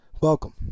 Welcome